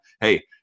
hey